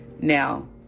Now